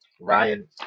Ryan